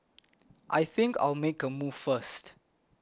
I think I'll make a move first